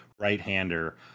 right-hander